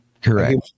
Correct